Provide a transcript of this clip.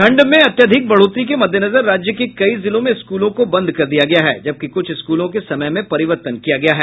ठंड में अत्याधिक बढ़ोतरी के मद्देनजर राज्य के कई जिलों में स्कूलों को बंद कर दिया गया है जबकि कुछ स्कूलों के समय में परिवर्तन किया गया है